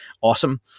awesome